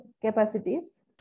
capacities